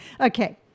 Okay